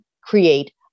create